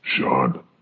Sean